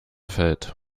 fällt